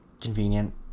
convenient